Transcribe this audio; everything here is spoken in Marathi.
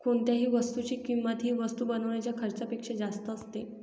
कोणत्याही वस्तूची किंमत ही वस्तू बनवण्याच्या खर्चापेक्षा जास्त असते